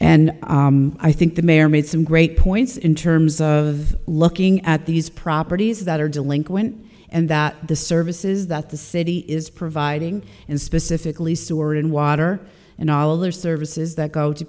and i think the mayor made some great points in terms of looking at these properties that are delinquent and that the services that the city is providing and specifically sewer and water and all their services that go to